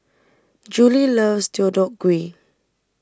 Juli loves Deodeok Gui